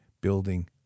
building